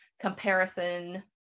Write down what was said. comparison